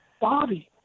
Bobby